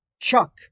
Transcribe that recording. Chuck